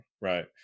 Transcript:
Right